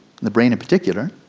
the brain in particular,